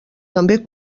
també